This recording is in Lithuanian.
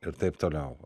ir taip toliau va